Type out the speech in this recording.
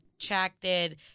attracted